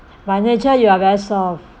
by nature you are very soft